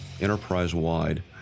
enterprise-wide